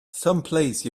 someplace